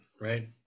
right